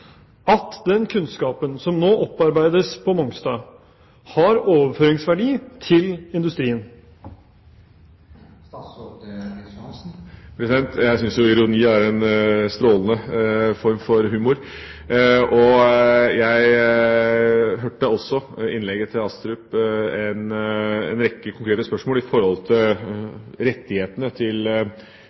at den kunnskapen som nå opparbeides på Mongstad, har overføringsverdi til industrien? Jeg synes ironi er en strålende form for humor! Jeg hørte i innlegget til Astrup en rekke konkrete spørsmål når det gjelder rettighetene til